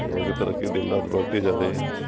لوگوں کی ترقی دن رات بڑھتی جا رہی ہے